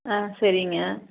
ஆ சரிங்க